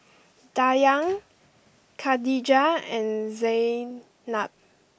Dayang Khadija and Zaynab